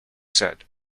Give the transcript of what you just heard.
said